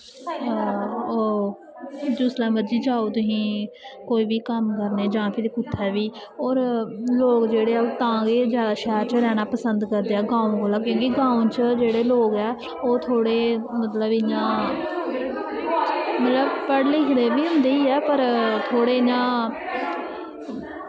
ओह् जिसलै मर्जी जाओ तुस कोई बी कम्म करनें गी जां फिर होर लोग तां गै जादा शैह्र च रैह्नां पसंद करदे न गांव कोला दा क्योंकि गांव च जेह्ड़े लोग ऐं ओह् थोह्ड़े मतलव इयां पढ़े लिखे दे बी होंदे ऐं पर थोह्ड़े इयां